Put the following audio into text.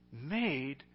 made